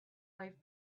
life